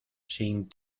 sin